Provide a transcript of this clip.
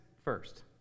first